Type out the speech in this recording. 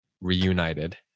reunited